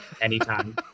anytime